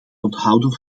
onthouden